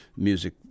Music